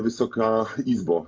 Wysoka Izbo!